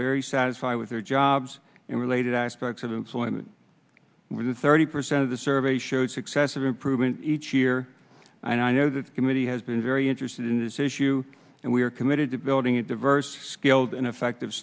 very satisfied with their jobs and related aspects of employment with the thirty percent of the survey showed success of improvement each year and i know the committee has been very interested in this issue and we are committed to building a diverse skilled and effective